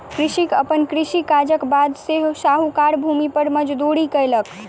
कृषक अपन कृषि काजक बाद साहूकारक भूमि पर मजदूरी केलक